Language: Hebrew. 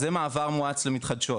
זה מעבר מואץ למתחדשות,